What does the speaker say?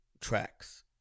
Tracks